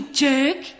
jerk